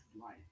life